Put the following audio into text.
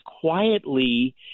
quietly